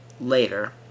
later